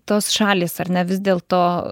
tos šalys ar ne vis dėlto